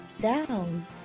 Down